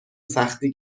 سختی